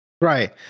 right